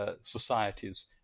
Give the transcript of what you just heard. societies